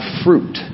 fruit